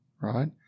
right